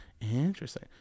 Interesting